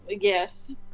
Yes